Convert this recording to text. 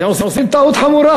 אתם עושים טעות חמורה.